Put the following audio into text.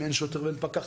אם אין שוטר ואין פקח,